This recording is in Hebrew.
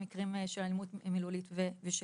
ולמחרת הוא גמר בחדר צינתורים עם אירוע לב,